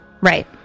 Right